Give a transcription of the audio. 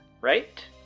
right